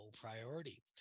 priority